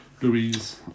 Louise